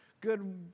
good